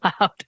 loud